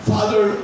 Father